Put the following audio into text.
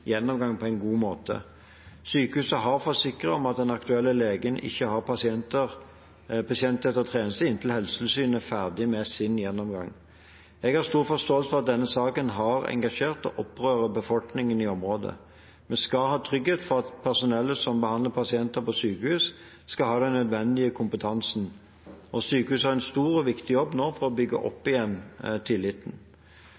gjennomgang på en god måte. Sykehuset har forsikret om at den aktuelle legen ikke har pasientrettet tjeneste inntil Helsetilsynet er ferdig med sin gjennomgang. Jeg har stor forståelse for at denne saken har engasjert og opprører befolkningen i området. Vi skal ha trygghet for at personellet som behandler pasienter på sykehus, har den nødvendige kompetansen. Sykehuset har nå en stor og viktig jobb å gjøre for å bygge